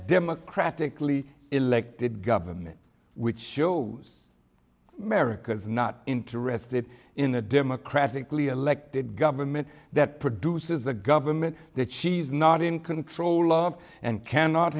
democratically elected government which shows america's not interested in a democratically elected government that produces a government that she's not in control of and cannot